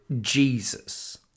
Jesus